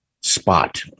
spot